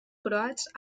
croats